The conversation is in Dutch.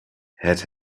het